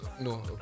no